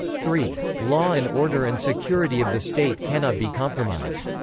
three. law and order and security of the state cannot be compromised.